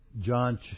John